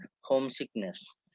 homesickness